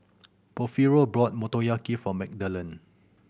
Porfirio bought Motoyaki for Magdalen